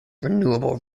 renewable